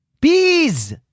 Bees